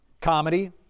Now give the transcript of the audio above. Comedy